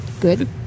good